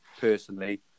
personally